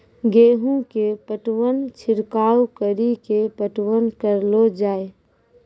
गेहूँ के पटवन छिड़काव कड़ी के पटवन करलो जाय?